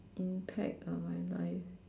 impact on my life